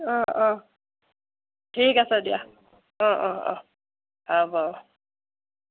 অঁ অঁ ঠিক আছে দিয়া অঁ অঁ অঁ হ'ব